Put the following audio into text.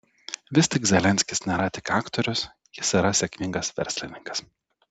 vis tik zelenskis nėra tik aktorius jis yra sėkmingas verslininkas